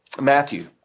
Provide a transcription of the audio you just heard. Matthew